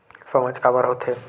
सामाज काबर हो थे?